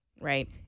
Right